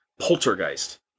Poltergeist